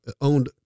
owned